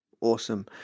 Awesome